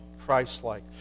Christ-like